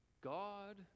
God